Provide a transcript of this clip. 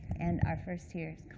and our first here is